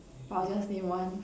but I'll just name one